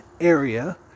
area